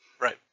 Right